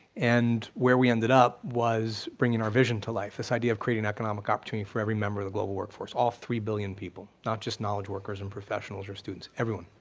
and where we ended up was bringing our vision to life, this idea of creating economic opportunity for every member of the global workforce, all three billion people, not just knowledge workers and professionals, or students, everyone,